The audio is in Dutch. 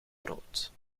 brood